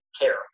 care